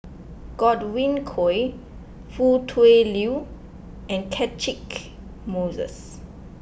Godwin Koay Foo Tui Liew and Catchick Moses